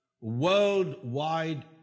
worldwide